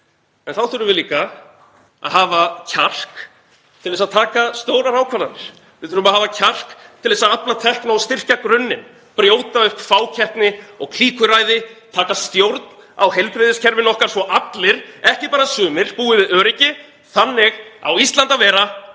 En þá þurfum við líka að hafa kjark til að taka stórar ákvarðanir. Við þurfum að hafa kjark til að afla tekna og styrkja grunninn, brjóta upp fákeppni og klíkuræði, taka stjórn á heilbrigðiskerfinu okkar svo allir, ekki bara sumir, búi við öryggi. Þannig á Íslandi að vera